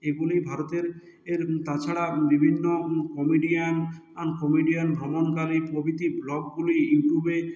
এগুলি ভারতের এর তাছাড়া বিভিন্ন কমেডিয়ান আন কমেডিয়ান ভ্রমণকারী প্রভুতি ভ্লগগুলি ইউটিউবে